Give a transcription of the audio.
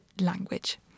language